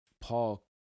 Paul